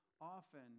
often